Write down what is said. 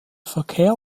verkehr